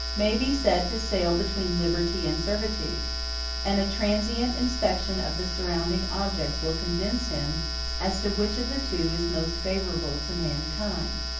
may be said to sail between liberty and servitude and a transient inspection of the surrounding objects will convince him as to which of the two is most favorable to mankind.